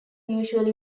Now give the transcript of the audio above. usually